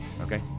Okay